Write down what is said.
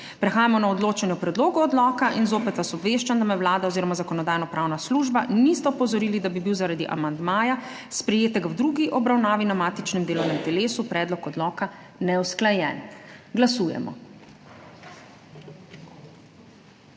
Prehajamo na odločanje o predlogu odloka. Zopet vas obveščam, da me Vlada oziroma Zakonodajno-pravna služba nista opozorili, da bi bil zaradi amandmaja, sprejetega v drugi obravnavi na matičnem delovnem telesu, predlog odloka neusklajen. Glasujemo.